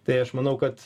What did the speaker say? tai aš manau kad